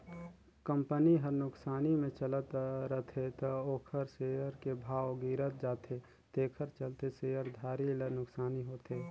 company हर नुकसानी मे चलत रथे त ओखर सेयर के भाव गिरत जाथे तेखर चलते शेयर धारी ल नुकसानी होथे